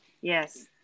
Yes